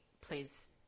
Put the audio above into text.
please